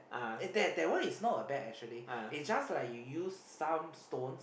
eh that one is not a bed actually it just like you use some stones